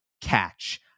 catch